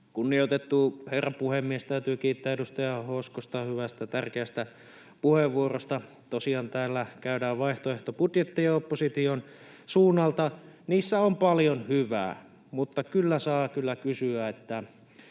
Kunnioitettu herra puhemies! Täytyy kiittää edustaja Hoskosta hyvästä, tärkeästä puheenvuorosta. Tosiaan, täällä käydään vaihtoehtobudjetteja opposition suunnalta. Niissä on paljon hyvää, mutta saa kyllä kysyä, mistä